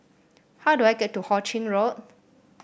how do I get to Ho Ching Road